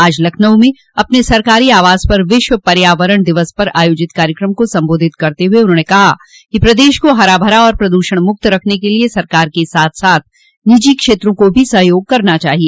आज लखनऊ में अपने सरकारी आवास पर विश्व पर्यावरण दिवस पर आयोजित कार्यक्रम को सम्बोधित करते हुए उन्होंने कहा कि प्रदेश को हरा भरा और प्रदूषण मुक्त रखने के लिए सरकार के साथ साथ निजी क्षेत्रों को भी सहयोग करना चाहिए